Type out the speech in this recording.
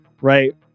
right